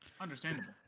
Understandable